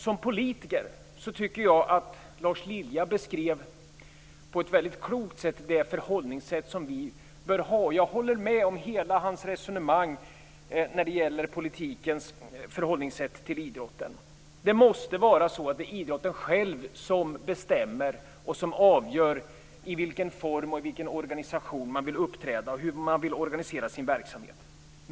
Som politiker tycker jag att Lars Lilja på ett väldigt klokt sätt beskrev det förhållningssätt som vi bör ha. Jag håller med om hela hans resonemang när det gäller politikens förhållningssätt till idrotten. Det måste vara idrotten själv som bestämmer och avgör i vilken form den vill uppträda och organisera sin verksamhet.